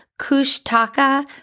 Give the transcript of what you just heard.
Kushtaka